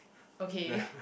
okay